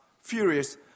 furious